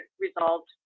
resolved